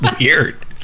weird